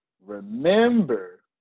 Remember